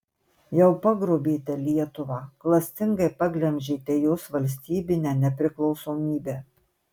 jau pagrobėte lietuvą klastingai paglemžėte jos valstybinę nepriklausomybę